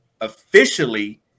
officially